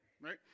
Right